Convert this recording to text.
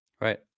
right